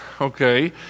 okay